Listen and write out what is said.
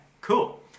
Cool